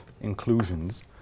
inclusions